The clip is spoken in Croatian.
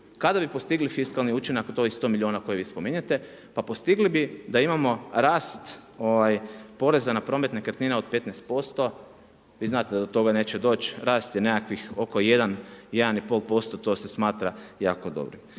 Kada bi postigli fiskalni učinak od ovih 100 miliona koje vi spominjete, pa postigli bi da imamo rast poreza na promet nekretnina od 15%, vi znate da to toga neće doći. Rast je nekakvih oko 1, 1,5%, to se smatra jako dobrim.